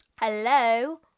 hello